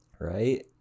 right